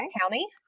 County